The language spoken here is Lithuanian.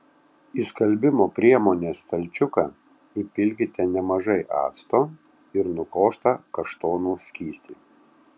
į skalbimo priemonės stalčiuką įpilkite nemažai acto ir nukoštą kaštonų skystį